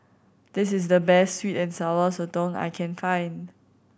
this is the best sweet and Sour Sotong I can find